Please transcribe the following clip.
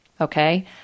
Okay